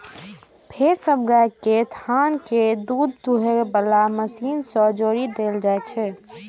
फेर सब गाय केर थन कें दूध दुहै बला मशीन सं जोड़ि देल जाइ छै